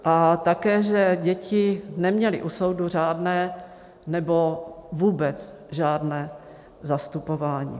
A také že děti neměly u soudu žádné nebo vůbec žádné zastupování.